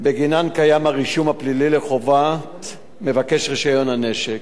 שבגינן קיים הרישום הפלילי לחובת מבקש רשיון הנשק,